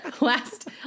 Last